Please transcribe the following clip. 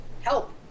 help